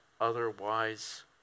otherwise